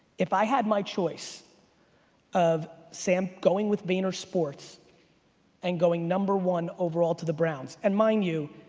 if i had my choice of sam going with vaynersports and going number one overall to the browns and mind you,